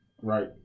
Right